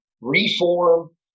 reform